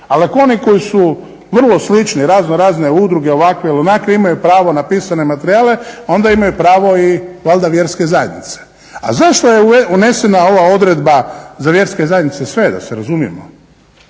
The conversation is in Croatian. ali ako oni koji su vrlo slični, raznorazne udruge ovakve ili onakve imaju pravo na pisane materijale, onda imaju pravo valjda i vjerske zajednice. A zašto je unesena ova odredba za vjerske zajednice, sve da razumijemo,